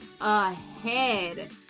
ahead